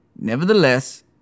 Nevertheless